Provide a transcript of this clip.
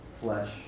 flesh